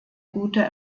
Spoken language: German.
gute